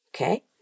Okay